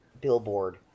billboard